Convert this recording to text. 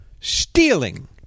stealing